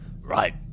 Right